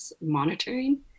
monitoring